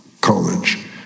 college